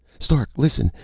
stark! listen.